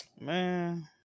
man